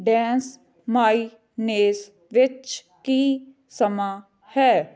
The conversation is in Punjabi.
ਡੇਸ ਮੋਇਨੇਸ ਵਿੱਚ ਕੀ ਸਮਾਂ ਹੈ